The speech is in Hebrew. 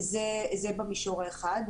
זה במישור האחד.